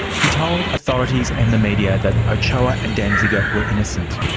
he told authorities and the media that ochoa and danziger were innocent.